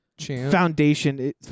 foundation